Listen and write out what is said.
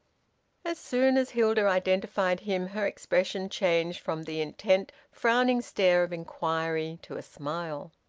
as soon as hilda identified him her expression changed from the intent frowning stare of inquiry to a smile.